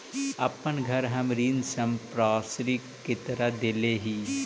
अपन घर हम ऋण संपार्श्विक के तरह देले ही